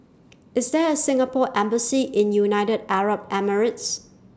IS There A Singapore Embassy in United Arab Emirates